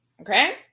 Okay